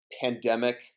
Pandemic